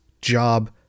job